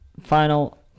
Final